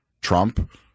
Trump